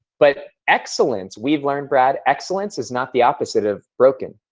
but excellence, we've learned, brad, excellence is not the opposite of broken.